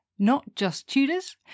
NotJustTudors